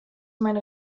meine